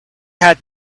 had